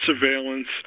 surveillance